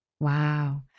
Wow